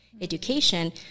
education